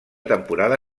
temporada